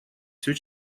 все